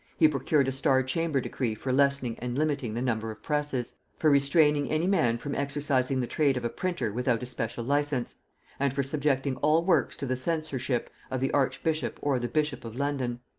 he procured a star-chamber decree for lessening and limiting the number of presses for restraining any man from exercising the trade of a printer without a special license and for subjecting all works to the censorship, of the archbishop or the bishop of london.